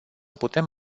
putem